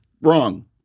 wrong